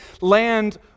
land